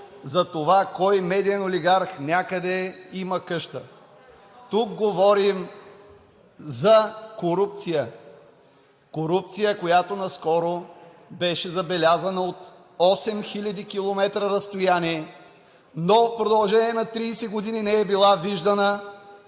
за това кой медиен олигарх къде има къща. Тук говорим за корупция – корупция, която наскоро беше забелязана от 8000 км разстояние, но в продължение на 30 години не е била виждана